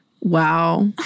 Wow